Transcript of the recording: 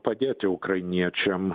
padėti ukrainiečiam